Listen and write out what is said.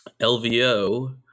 LVO